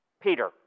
Peter